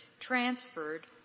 transferred